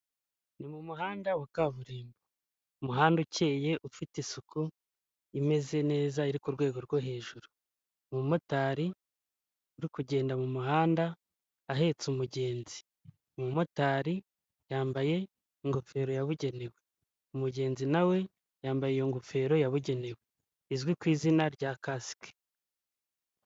Ni mu muhanda wa kaburimbo, umuhanda ukeye ufite isuku imeze neza iri ku rwego rwo hejuru. Umumotari uri kugenda mu muhanda ahetse umugenzi, umumotari yambaye ingofero yabugenewe, umugenzi nawe yambaye iyo ngofero yabugenewe izwi ku izina rya kasike.